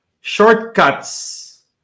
shortcuts